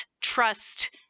trust –